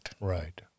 Right